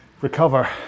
recover